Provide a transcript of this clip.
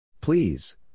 Please